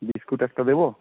biscuit একটা দেবো